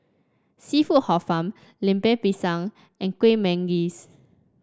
seafood Hor Fun Lemper Pisang and Kueh Manggis